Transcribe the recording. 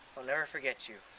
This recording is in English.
i'll never forget you.